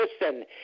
listen